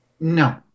No